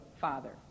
father